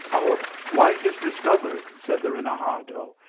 our flight is discovered, said the renegado.